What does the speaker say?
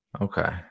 Okay